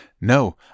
No